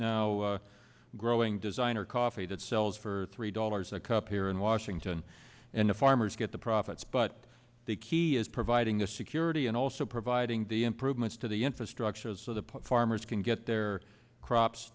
now growing designer coffee that sells for three dollars a cup here in washington and the farmers get the profits but the key is providing the security and also providing the improvements to the infrastructure so the farmers can get their crops